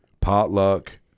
potluck